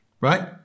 right